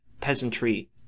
peasantry